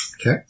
Okay